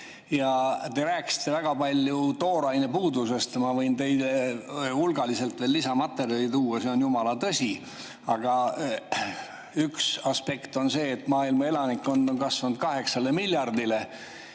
Te rääkisite väga palju tooraine puudusest ja ma võin teile hulgaliselt veel lisamaterjali tuua, see on jumala tõsi. Aga üks aspekt on see, et maailma elanikkond on kasvanud kaheksa miljardini.